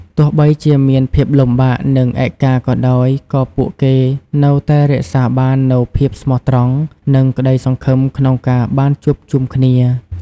ទោះបីជាមានភាពលំបាក និងឯកាក៏ដោយ ក៏ពួកគេនៅតែរក្សាបាននូវភាពស្មោះត្រង់ និងក្តីសង្ឃឹមក្នុងការបានជួបជុំគ្នា។